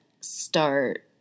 start